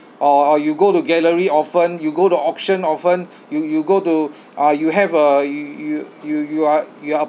or or you go to gallery often you go to auction often you you go to uh you have a you you you you are you are